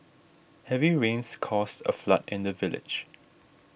heavy rains caused a flood in the village